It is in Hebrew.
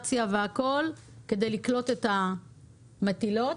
סניטרית והכול כדי לקלוט את המטילות?